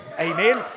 Amen